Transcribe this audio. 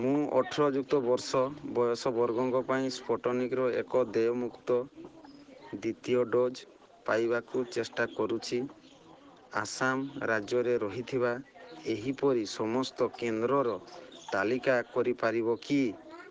ମୁଁ ଅଠର ଯୁକ୍ତ ବର୍ଷ ବୟସ ବର୍ଗଙ୍କ ପାଇଁ ସ୍ପୁଟନିକ୍ର ଏକ ଦେୟମୁକ୍ତ ଦ୍ୱିତୀୟ ଡୋଜ୍ ପାଇବାକୁ ଚେଷ୍ଟା କରୁଛି ଆସାମ ରାଜ୍ୟରେ ରହିଥିବା ଏହିପରି ସମସ୍ତ କେନ୍ଦ୍ରର ତାଲିକା କରିପାରିବ କି